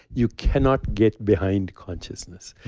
you cannot get behind consciousness.